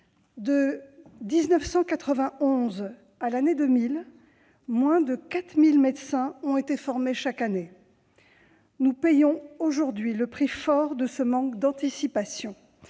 de 1991 à 2000, moins de 4 000 médecins ont été formés chaque année. Nous payons aujourd'hui au prix fort ce manque d'anticipation,